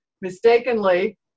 mistakenly